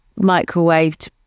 microwaved